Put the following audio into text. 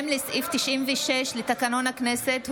51 בעד, 35 נגד.